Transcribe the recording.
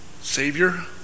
Savior